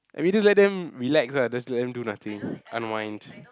we just let them relax ah just let them do nothing I don't mind